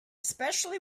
especially